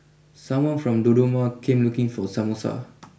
someone from Dodoma came looking for Samosa